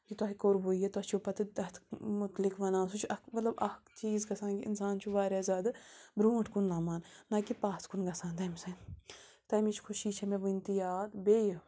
کہِ تۄہہِ کوٚروُ یہِ تۄہہِ چھو پَتہٕ تَتھ مُتعلق وَنان سُہ چھُ اَکھ مطلب اَکھ چیٖز گژھان کہِ اِنسان چھُ واریاہ زیادٕ برٛونٛٹھ کُن لَمان نَہ کہِ پَتھ کُن گژھان تمہِ سۭتۍ تَمِچ خوشی چھےٚ مےٚ وٕنہِ تہِ یاد بیٚیہِ